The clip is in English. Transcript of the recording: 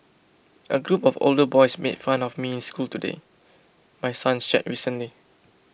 a group of older boys made fun of me in school today my son shared recently